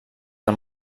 del